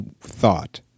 thought